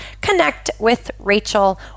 connectwithrachel